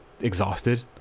exhausted